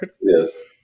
yes